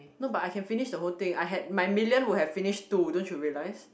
no but I can finish the whole thing I had my million would have finished too don't you realise